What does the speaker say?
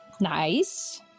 Nice